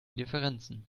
differenzen